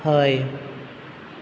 हय